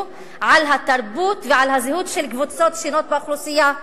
על התרבות ועל הזהות של קבוצות שונות באוכלוסייה.